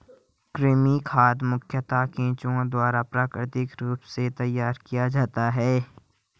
कृमि खाद मुखयतः केंचुआ द्वारा प्राकृतिक रूप से तैयार किया जाता है